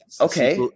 Okay